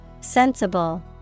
Sensible